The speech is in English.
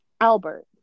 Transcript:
Albert